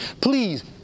Please